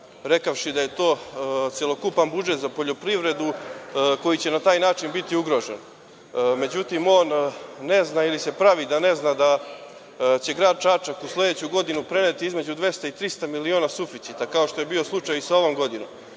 rekavši da je to celokupan budžet za poljoprivredu koji će na taj način biti ugrožen. Međutim, on ne zna ili se pravi da ne zna da će grad Čačak u sledeću godinu preneti između 200 i 300 miliona suficita, kao što je bio slučaj i sa ovom godinom.